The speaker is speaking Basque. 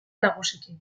nagusiki